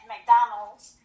McDonald's